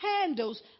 handles